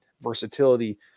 versatility